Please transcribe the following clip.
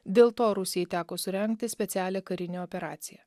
dėl to rusijai teko surengti specialią karinę operaciją